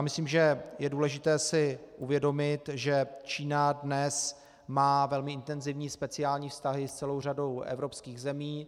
Myslím, že je důležité si uvědomit, že Čína dnes má velmi intenzivní speciální vztahy s celou řadou evropských zemí.